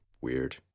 weird